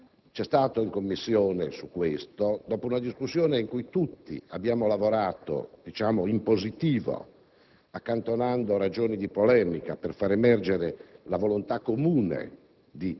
è stato realizzato. Dopo una discussione in cui tutti abbiamo lavorato in positivo, accantonando ragioni di polemica per far emergere la volontà comune